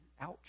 Ouch